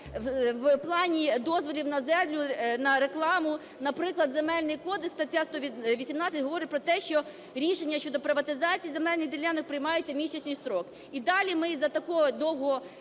в плані дозволів на землю, на рекламу. Наприклад, Земельний кодекс (стаття 118) говорить про те, що рішення щодо приватизації земельних ділянок приймається в місячний строк. І далі ми із-за такого довгого